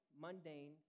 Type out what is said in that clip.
mundane